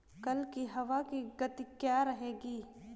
कल की हवा की गति क्या रहेगी?